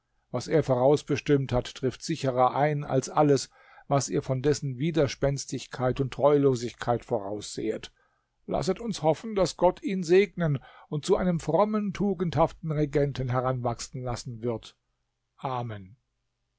was er voraus bestimmt hat trifft sicherer ein als alles was ihr von dessen widerspenstigkeit und treulosigkeit voraussehet lasset uns hoffen daß gott ihn segnen und zu einem frommen tugendhaften regenten heranwachsen lassen wird amen